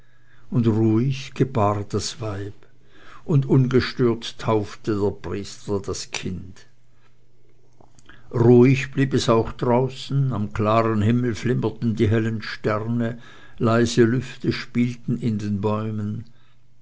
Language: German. und ruhig gebar das weib und ungestört taufte der priester das kind ruhig blieb es auch draußen am klaren himmel flimmerten die hellen sterne leise lüfte spielten in den bäumen